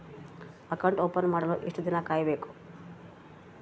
Account open ಮಾಡಲು ಎಷ್ಟು ದಿನ ಕಾಯಬೇಕು?